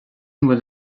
bhfuil